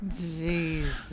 Jesus